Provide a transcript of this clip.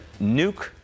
nuke